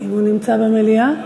אם הוא נמצא במליאה.